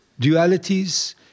dualities